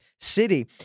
city